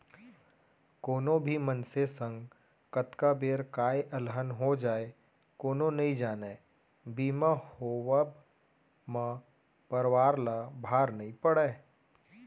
कोनो भी मनसे संग कतका बेर काय अलहन हो जाय कोनो नइ जानय बीमा होवब म परवार ल भार नइ पड़य